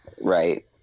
right